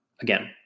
again